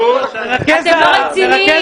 זה לא רציני.